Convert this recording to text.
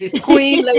Queen